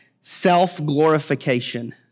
self-glorification